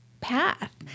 path